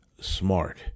smart